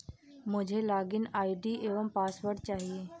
मुझें login ID एवं password चाहिए